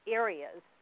areas